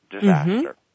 disaster